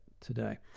today